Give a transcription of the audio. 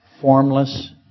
Formless